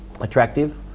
attractive